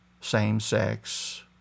same-sex